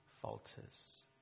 falters